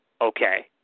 okay